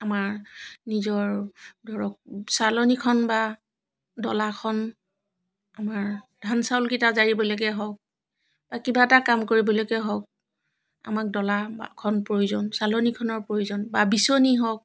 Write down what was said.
আমাৰ নিজৰ ধৰক চালনীখন বা ডলাখন আমাৰ ধান চাউলকিটা জাৰিবলৈকে হওক বা কিবা এটা কাম কৰিবলৈকে হওক আমাক ডলা বা এখন প্ৰয়োজন চালনীখনৰ প্ৰয়োজন বা বিচনী হওক